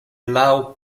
laŭ